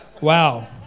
wow